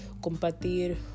compartir